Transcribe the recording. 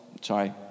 Sorry